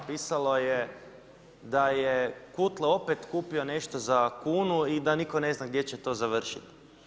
Pisalo je da je Kutle opet kupio nešto za kunu i da nitko ne zna gdje će to završiti.